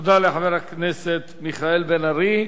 תודה לחבר הכנסת מיכאל בן-ארי.